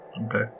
Okay